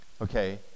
Okay